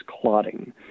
clotting